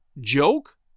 Joke